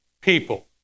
people